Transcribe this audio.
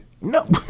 No